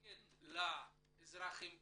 דואגת לא רק לאזרחים כאן,